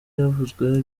yavuzweho